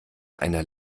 einer